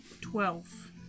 Twelve